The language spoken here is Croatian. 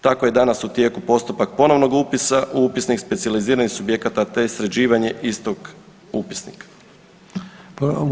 Tako je danas u tijeku postupak ponovnog upisa u upisnik specijaliziranih subjekata te sređivanje istog upisnika.